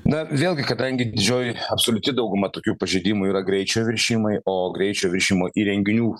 na vėlgi kadangi didžioji absoliuti dauguma tokių pažeidimų yra greičio viršijimai o greičio viršijimo įrenginių